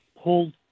pulled